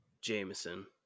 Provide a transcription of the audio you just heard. Jameson